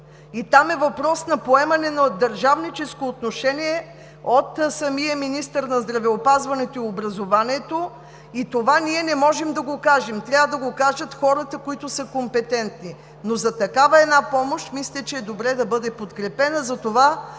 и там е въпрос на поемане на държавническо отношение от самите министри на здравеопазването и образованието. И това ние не можем да го кажем, трябва да го кажат хората, които са компетентни, но такава една помощ, мисля, че е добре да бъде подкрепена. Затова